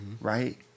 right